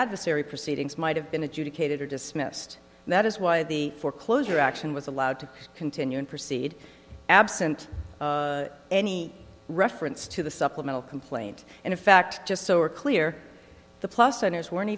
adversary proceedings might have been adjudicated or dismissed and that is why the foreclosure action was allowed to continue and proceed absent any reference to the supplemental complaint and in fact just so we're clear the plus owners weren't